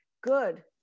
good